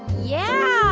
yeah.